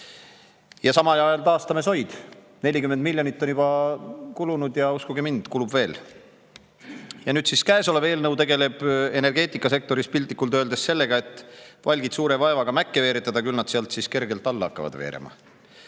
ja samal ajal taastame soid. 40 miljonit on juba kulunud ja uskuge mind, kulub veel. Nüüd siis käesolev eelnõu tegeleb energeetikasektoris piltlikult öeldes sellega, et palgid suure vaevaga mäkke veeretada, küll nad sealt siis kergelt alla hakkavad veerema.